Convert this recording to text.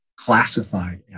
classified